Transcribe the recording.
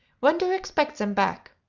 when do you expect them back?